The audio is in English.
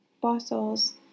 bottles